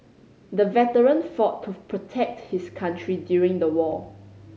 the veteran fought to protect his country during the war